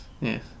yes